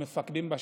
המפקדים בשטח,